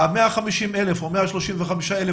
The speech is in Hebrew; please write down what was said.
ה-150,000 או ה-135,000